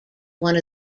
one